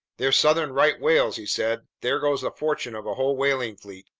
they're southern right whales, he said. there goes the fortune of a whole whaling fleet.